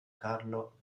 carlo